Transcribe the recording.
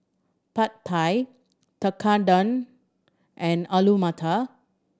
Pad Thai Tekkadon and Alu Matar